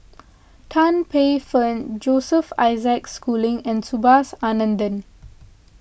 Tan Paey Fern Joseph Isaac Schooling and Subhas Anandan